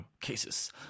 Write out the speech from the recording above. cases